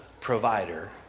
provider